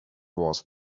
was